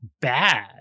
bad